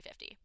350